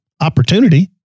opportunity